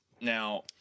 Now